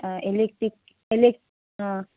elective